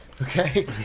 Okay